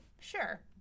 sure